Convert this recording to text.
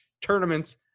tournaments